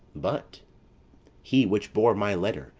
but he which bore my letter,